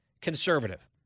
conservative